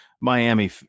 Miami